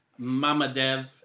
Mamadev